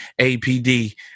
APD